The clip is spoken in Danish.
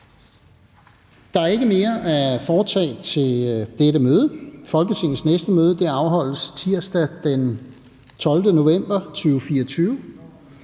Der er ikke mere at foretage i dette møde. Folketingets næste møde afholdes tirsdag den 12. november 2024,